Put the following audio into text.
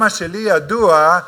מה שלי ידוע,